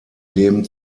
dem